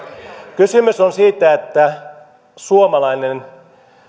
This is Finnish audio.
kysymys on siitä että suomalainen